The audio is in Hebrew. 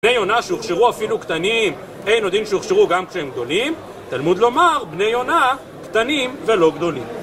בני יונה שהוכשרו אפילו קטנים, אינו דין שהוכשרו גם כשהם גדולים. תלמוד לומר: בני יונה, קטנים ולא גדולים